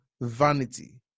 vanity